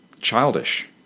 childish